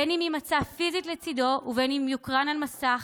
בין שיימצא פיזית לצידו ובין שיוקרן על המסך,